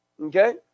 okay